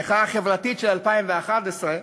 המחאה החברתית של 2011,